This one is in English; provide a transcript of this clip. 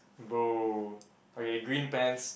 bro okay green pants